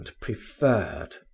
preferred